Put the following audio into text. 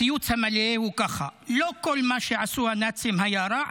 הציוץ המלא הוא כך: "לא כל מה שעשו הנאצים היה רע,